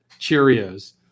cheerios